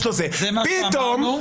אתה יודע שאתה פוגע בציבור.